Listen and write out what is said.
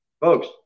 Folks